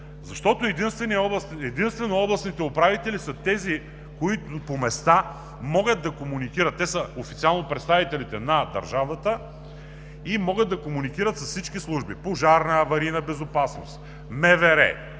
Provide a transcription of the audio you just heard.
Защото единствено областните управители са тези, които по места могат да комуникират. Официално те са представителите на държавата и могат да комуникират с всички служби – „Пожарна и аварийна безопасност“,